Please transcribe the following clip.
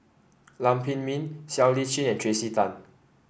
Lam Pin Min Siow Lee Chin and Tracey Tan